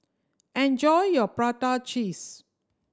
enjoy your prata cheese